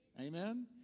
Amen